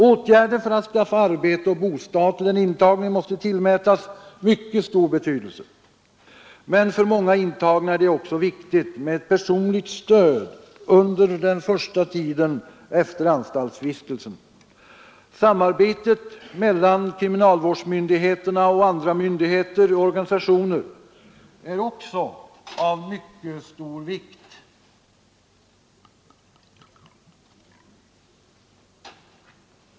Åtgärder för att skaffa arbete och bostad till den intagne måste tillmätas mycket stor betydelse, men för många intagna är det också viktigt med ett personligt stöd under den första tiden efter anstaltsvistelsen. Samarbetet mellan kriminalvårdsmyndigheterna och andra myndigheter och organisationer är också av mycket stor vikt.